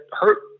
hurt